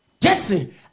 Jesse